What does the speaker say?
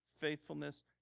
faithfulness